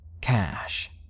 Cash